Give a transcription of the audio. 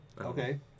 Okay